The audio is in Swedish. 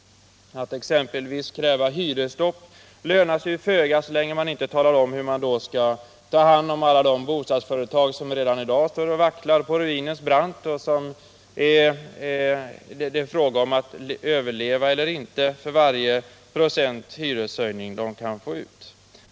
Att exempelvis kräva hyresstopp lönar sig föga så länge man inte talar om hur man då skall ta hand om alla de bostadsföretag som redan i dag står och vacklar på ruinens brant. För dem kan 1 96 hyreshöjning vara en fråga om att överleva eller inte.